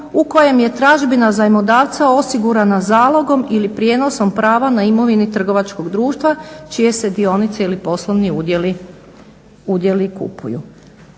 u kojem je tražbina zajmodavca osigurana zalogom ili prijenosom prava na imovini trgovačkog društva čije se dionice ili poslovni udjeli kupuju.